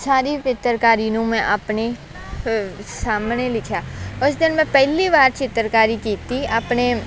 ਸਾਰੀ ਚਿੱਤਰਕਾਰੀ ਨੂੰ ਮੈਂ ਆਪਣੇ ਸਾਹਮਣੇ ਲਿਖਿਆ ਉਸ ਦਿਨ ਮੈਂ ਪਹਿਲੀ ਵਾਰ ਚਿੱਤਰਕਾਰੀ ਕੀਤੀ ਆਪਣੇ